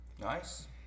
Nice